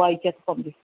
bye చేత పంపిస్తాం